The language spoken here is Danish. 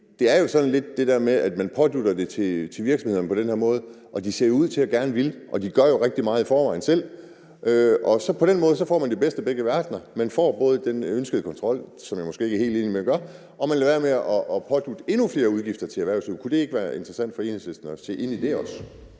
det er sådan lidt det der med, at man pådutter virksomhederne det på den her måde. De ser ud til gerne at ville, og de gør jo i forvejen rigtig meget selv. På den måde får man det bedste af begge verdener. Man får både den ønskede kontrol, som jeg måske ikke er helt enig i at man gør, og man lader være med at pådutte erhvervslivet endnu flere udgifter. Kunne det ikke være interessant for Enhedslisten at se ind i det også?